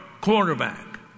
quarterback